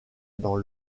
dans